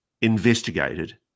investigated